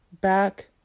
back